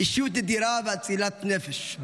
אישיות נדירה ואצילת נפש,